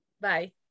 Bye